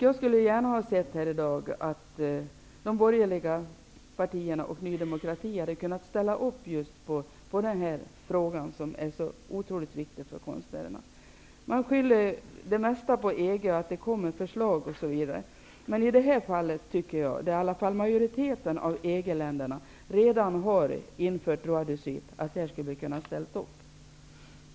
Jag skulle gärna ha sett i dag att de borgerliga partierna och Ny demokrati hade ställt upp här. Det är en otroligt viktig fråga för konstnärerna. Man skyller det mesta på EG och säger att det kommer förslag. I det här fallet, där majoriteten av EG länderna redan har infört droit de suite, skulle man ha kunnat ställa upp.